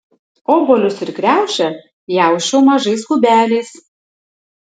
obuolius ir kriaušę pjausčiau mažais kubeliais